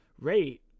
rate